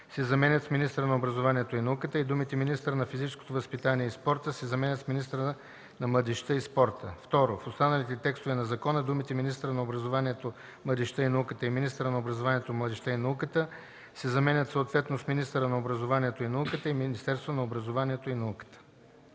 се заменят с „министъра на образованието и науката” и думите „министъра на физическото възпитание и спорта” се заменят с „министъра на младежта и спорта”. 2. В останалите текстове на закона думите „министъра на образованието, младежта и науката” и „Министерството на образованието, младежта и науката” се заменят съответно с „министъра на образованието и науката” и „Министерството на образованието и науката”.”